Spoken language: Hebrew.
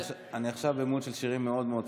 אני עכשיו ב-mood של שירים מאוד מאוד שמחים.